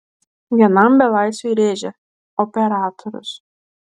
vienam belaisviui rėžia operatorius